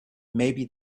maybe